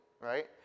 right